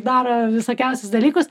daro visokiausius dalykus